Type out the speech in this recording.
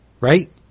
right